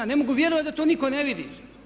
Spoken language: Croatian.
Ne mogu vjerovati da to nitko ne vidi.